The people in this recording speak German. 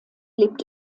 lebt